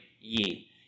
ye